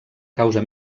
causa